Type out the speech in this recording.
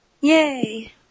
Yay